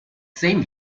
same